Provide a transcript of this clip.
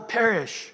perish